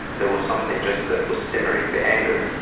there was something just that was simmering, the anger,